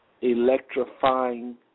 electrifying